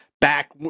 back